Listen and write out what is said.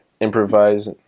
improvise